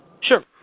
Sure